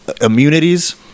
immunities